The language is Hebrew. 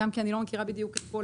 גם כי אני לא מכירה בדיוק את כל